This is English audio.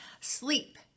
Sleep